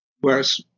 whereas